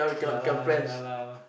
ya lah ya lah